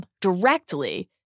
directly